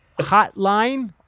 Hotline